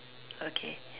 okay